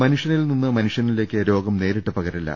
മനുഷ്യനിൽ നിന്ന് മനുഷ്യനിലേക്ക് രോഗം നേരിട്ട് പകരില്ല